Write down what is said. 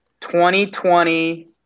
2020